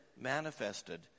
manifested